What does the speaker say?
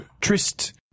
Trist